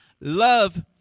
love